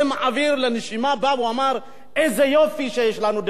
בא ואומר: איזה יופי שיש לנו דמוקרטיה,